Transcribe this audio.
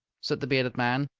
said the bearded man.